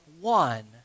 one